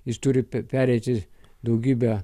jis turi pereiti daugybę